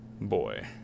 boy